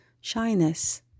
Shyness